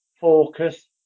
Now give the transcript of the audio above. focus